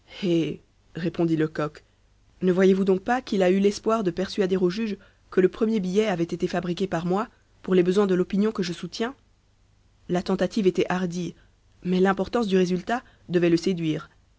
répondit lecoq ne voyez-vous donc pas qu'il a eu l'espoir de persuader au juge que le premier billet avait été fabriqué par moi pour les besoins de l'opinion que je soutiens la tentative était hardie mais l'importance du résultat devait le séduire